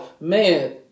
man